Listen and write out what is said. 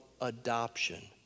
adoption